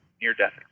near-death